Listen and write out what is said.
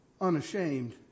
unashamed